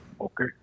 Okay